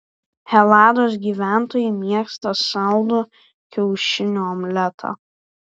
helados gyventojai mėgsta saldų kiaušinių omletą